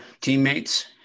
teammates